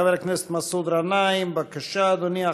חבר הכנסת מסעוד גנאים, בבקשה, אדוני.